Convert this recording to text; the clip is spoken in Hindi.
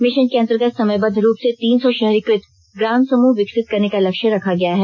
मिशन के अंतर्गत समयबद्ध रूप से तीन सौ शहरीकृत ग्राम समृह विकसित करने का लक्ष्य रखा गया है